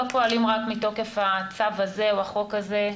לא פועלים רק מתוקף הצו הזה או החוק הזה,